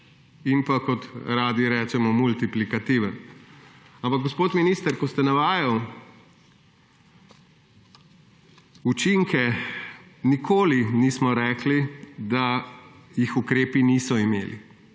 in kot radi rečemo, multiplikativen. Ampak, gospod minister, ko ste navajali učinke, nikoli nismo rekli, da jih ukrepi niso imeli.